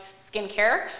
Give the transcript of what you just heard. skincare